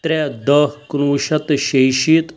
ترٛےٚ دَہ کُنہٕ وُہ شَتھ تہٕ شیٚیہِ شیٖتھ